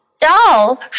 Doll